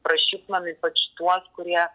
prašytumėm ypač tuos kurie